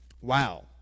Wow